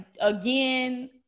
again